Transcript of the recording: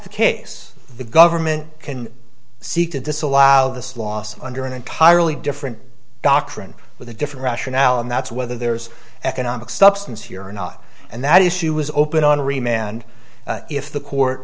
the case the government can seek to disallow this loss under an entirely different doctrine with a different rationale and that's whether there's economic substance here or not and that issue is open on